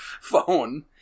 phone